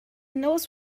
nose